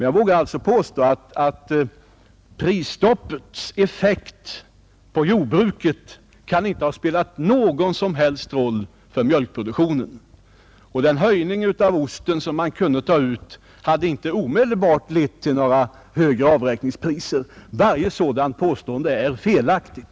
Jag vågar alltså påstå att prisstoppets effekt på jordbruket inte kan ha spelat någon som helst roll för mjölkproduktionen. Den höjning av ostpriset som man kunde ta ut hade inte omedelbart lett till några högre avräkningspriser. Varje sådant påstående är felaktigt.